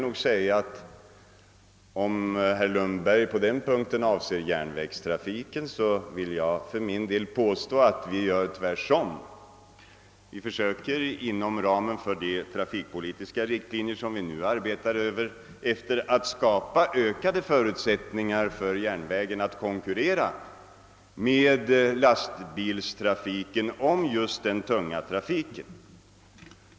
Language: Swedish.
Om herr Lundberg därmed avser järnvägstrafiken vill jag för min del påstå att vi gör tvärtom. Vi försöker inom ramen för de trafikpolitiska riktlinjer som vi nu arbetar efter skapa ökade förutsättningar för järnvägen att konkurrera med lastbilstrafiken om just den tunga trafiken.